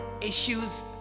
issues